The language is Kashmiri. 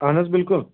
اَہَن حظ بِلکُل